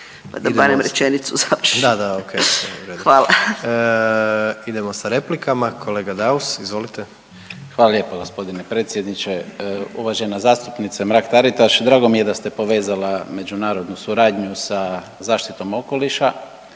Da, da, okej. .../Upadica: Hvala. Idemo sa replikama. Kolega Daus izvolite. **Daus, Emil (IDS)** Hvala lijepo predsjedniče. Uvažena zastupnice Mrak Taritaš drago mi je da ste povezala međunarodnu suradnju sa zaštitom okoliša,